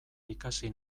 ikasi